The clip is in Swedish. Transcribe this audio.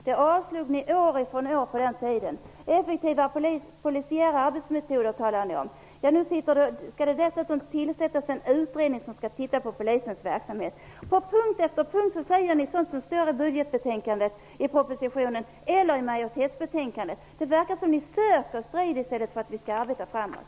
De förslagen avslog ni år efter år på den tiden. Ni talar om effektivare polisiära arbetsmetoder. Nu skall det tillsättas en utredning som skall titta på polisens verksamhet. På punkt efter punkt talar ni om sådant som står i propositionen eller i utskottsmajoritetens text i betänkandet. Det verkar som att ni söker strid i stället för att vi skall arbeta framåt.